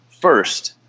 first